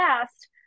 past